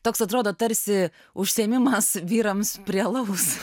toks atrodo tarsi užsiėmimas vyrams prie lovos